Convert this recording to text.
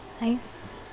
Nice